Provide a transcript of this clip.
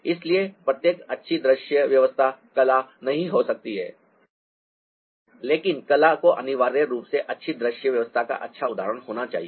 इसलिए प्रत्येक अच्छी दृश्य व्यवस्था कला नहीं हो सकती है लेकिन कला को अनिवार्य रूप से अच्छी दृश्य व्यवस्था का अच्छा उदाहरण होना चाहिए